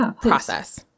process